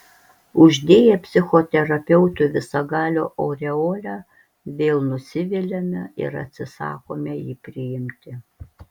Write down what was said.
uždėję psichoterapeutui visagalio aureolę vėl nusiviliame ir atsisakome jį priimti